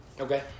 Okay